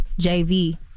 JV